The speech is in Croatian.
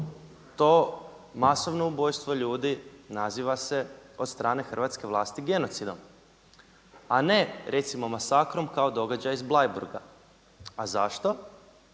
to masovno ubojstvo ljudi naziva se od strane hrvatske vlasti genocidom a ne recimo masakrom kao događaj sa Bleiburga. A zašto?